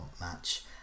match